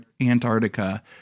antarctica